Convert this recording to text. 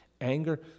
anger